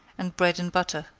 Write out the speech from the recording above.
and bread and butter.